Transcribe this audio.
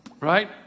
Right